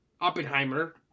Oppenheimer